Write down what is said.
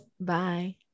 Bye